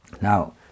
Now